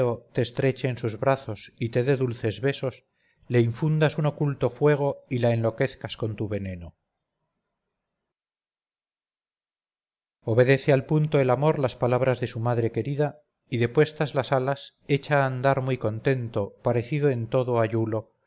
te estreche en sus brazos y te dé dulces besos le infundas un oculto fuego y la enloquezcas con tu veneno obedece al punto el amor las palabras de su madre querida y depuestas las alas echa a andar muy contento parecido en un todo